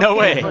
no way